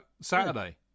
Saturday